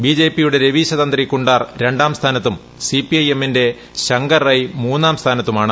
ബിജെപിയുടെ രവീശ തന്തി കുണ്ടാർ രണ്ടാം സ്ഥാനത്തുക്കുസിപിഐഎം ന്റെ ശങ്കർ റൈ മൂന്നാം സ്ഥാനത്തുമാണ്